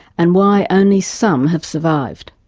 and why only some have survived.